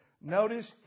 Notice